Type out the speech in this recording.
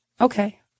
Okay